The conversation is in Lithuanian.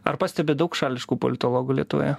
ar pastebit daug šališkų politologų lietuvoje